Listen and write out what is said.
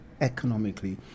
economically